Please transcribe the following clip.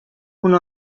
una